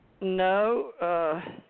No